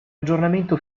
aggiornamento